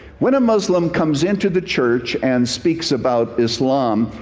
when a muslim comes into the church and speaks about islam,